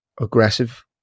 aggressive